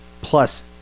plus